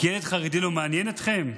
כי ילד חרדי לא מעניין אתכם?